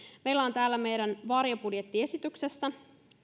meillä on täällä meidän varjobudjettiesityksessämme